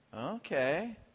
Okay